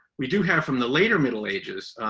we do have from the later middle ages,